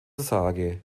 sage